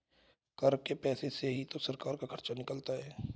कर के पैसे से ही तो सरकार का खर्चा निकलता है